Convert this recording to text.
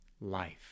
life